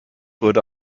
wurde